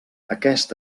aquest